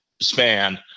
span